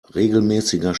regelmäßiger